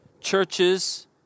Churches